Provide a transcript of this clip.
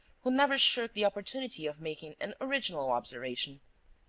who never shirked the opportunity of making an original observation.